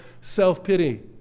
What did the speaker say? self-pity